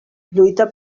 lluita